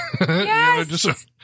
Yes